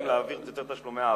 האם להעביר יותר תשלומי העברה,